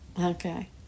okay